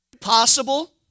possible